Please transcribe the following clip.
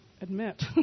admit